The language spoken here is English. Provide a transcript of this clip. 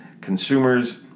consumers